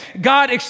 God